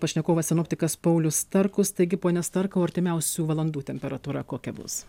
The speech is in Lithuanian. pašnekovas sinoptikas paulius starkus taigi pone starkau artimiausių valandų temperatūra kokia bus